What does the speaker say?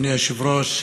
אדוני היושב-ראש,